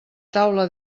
taula